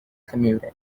commuting